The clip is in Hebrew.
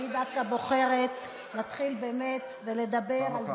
אני דווקא בוחרת להתחיל באמת ולדבר על